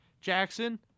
Jackson